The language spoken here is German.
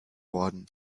worden